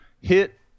hit